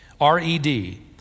R-E-D